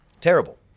Terrible